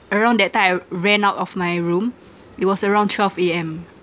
around that time I ran out of my room it was around twelve A_M